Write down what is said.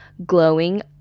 glowing